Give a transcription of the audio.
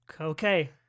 Okay